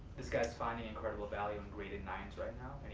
this guy's finding incredible value in graded nines right now.